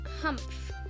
Humph